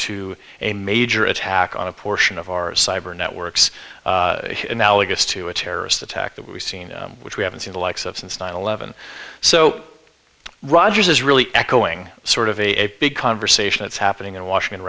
to a major attack on a portion of our cyber networks analogous to a terrorist attack that we've seen which we haven't seen the likes of since nine eleven so rogers is really echoing sort of a big conversation that's happening in washington